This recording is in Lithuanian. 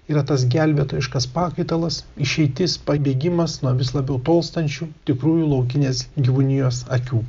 yra tas gelbėtojiškas pakaitalas išeitis pabėgimas nuo vis labiau tolstančių tikrųjų laukinės gyvūnijos akių